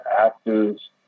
actors